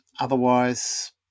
otherwise